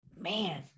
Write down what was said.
man